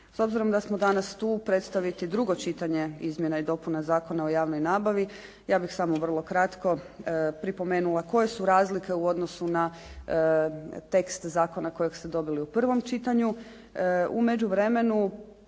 S obzirom da smo danas tu predstaviti drugo čitanje izmjena i dopuna Zakona o javnoj nabavi, ja bih samo vrlo kratko pripomenula koje su razlike u odnosu na tekst zakona kojeg ste dobili u prvom čitanju. U međuvremenu